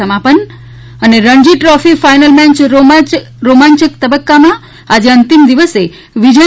સમાપન અને Ranji trophy final match રોમાચંક તબક્કામાં આજે અંતિમ દિવસે વિજય